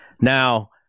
Now